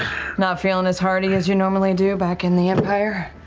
not feeling as hearty as you normally do back in the empire?